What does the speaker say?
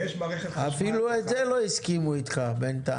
ויש מערכת חשמל אחת --- אפילו את זה לא הסכימו איתך בינתיים.